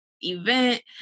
event